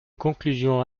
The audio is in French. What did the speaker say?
conclusion